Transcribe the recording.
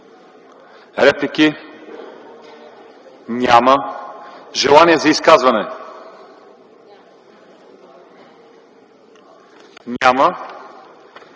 него? Няма. Желание за изказване? Няма.